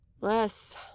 Less